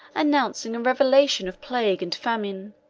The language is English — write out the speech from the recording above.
announcing a revelation of plague and famine,